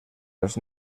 els